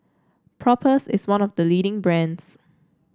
Propass is one of the leading brands